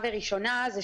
וראשונה,